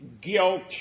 guilt